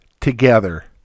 together